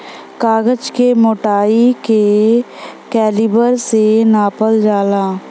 कागज क मोटाई के कैलीबर से नापल जाला